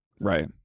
Right